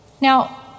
Now